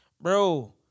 bro